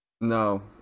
no